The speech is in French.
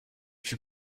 fut